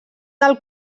del